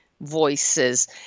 voices